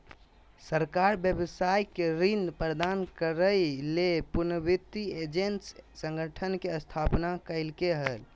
सरकार व्यवसाय के ऋण प्रदान करय ले पुनर्वित्त एजेंसी संगठन के स्थापना कइलके हल